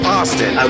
Austin